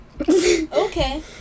Okay